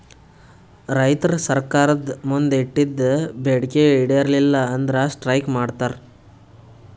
ರೈತರ್ ಸರ್ಕಾರ್ದ್ ಮುಂದ್ ಇಟ್ಟಿದ್ದ್ ಬೇಡಿಕೆ ಈಡೇರಲಿಲ್ಲ ಅಂದ್ರ ಸ್ಟ್ರೈಕ್ ಮಾಡ್ತಾರ್